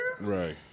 Right